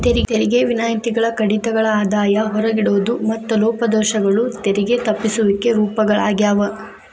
ತೆರಿಗೆ ವಿನಾಯಿತಿಗಳ ಕಡಿತಗಳ ಆದಾಯ ಹೊರಗಿಡೋದು ಮತ್ತ ಲೋಪದೋಷಗಳು ತೆರಿಗೆ ತಪ್ಪಿಸುವಿಕೆ ರೂಪಗಳಾಗ್ಯಾವ